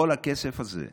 כל הכסף הזה,